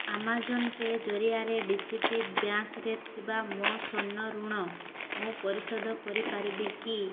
Amazon Pay ଜରିଆରେ D C B ବ୍ୟାଙ୍କ୍ରେ ଥିବା ମୋ ସ୍ଵର୍ଣ୍ଣ ଋଣ ମୁଁ ପରିଶୋଧ କରିପାରିବି କି